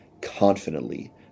confidently